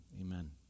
amen